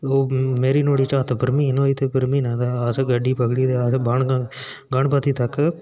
मेरी नुआढ़ी चत्त भरमीन होई ते भरमीनां दा अस गड़्ड़ी पकड़ी ते अस गणपति तक